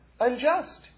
unjust